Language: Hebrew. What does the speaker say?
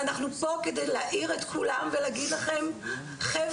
ואנחנו פה כדי להעיר את כולם ולהגיד לכם חבר'ה,